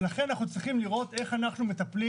ולכן אנחנו צריכים לראות איך אנחנו מטפלים